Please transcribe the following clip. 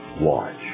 watch